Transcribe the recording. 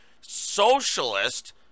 socialist